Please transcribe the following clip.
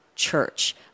church